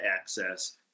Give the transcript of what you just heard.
access